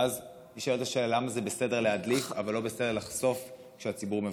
ואז נשאלת השאלה למה זה בסדר להדליף אבל לא בסדר לחשוף כשהציבור מבקש.